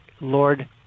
Lord